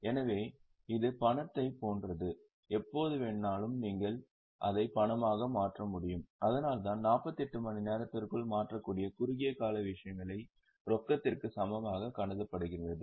எனவே இது பணத்தைப் போன்றது எப்போது வேண்டுமானாலும் நீங்கள் அதை பணமாக மாற்ற முடியும் அதனால்தான் 48 மணி நேரத்திற்குள் மாற்றக்கூடிய குறுகிய கால விஷயங்கள் ரொக்கத்திற்கு சமமாக கருதப்படுகின்றன